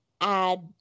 add